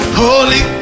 holy